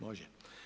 Može.